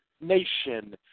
nation